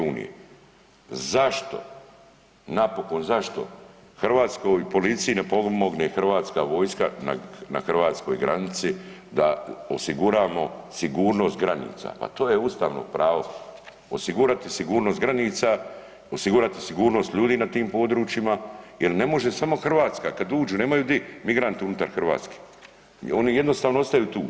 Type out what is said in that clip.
Zašto, napokon zašto hrvatskoj policiji ne pomogne HV na hrvatskoj granici da osiguramo sigurnost granica, a to je ustavno pravo osigurati sigurnost granica, osigurati sigurnost ljudi na tim područjima jer ne može samo Hrvatska, kad uđu nemaju di migranti unutar Hrvatske, oni jednostavno ostaju tu.